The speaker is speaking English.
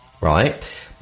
right